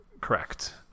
Correct